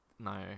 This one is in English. No